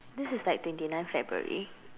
this is like twenty ninth February